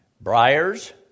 briars